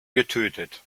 getötet